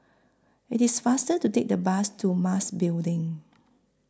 IT IS faster to Take The Bus to Mas Building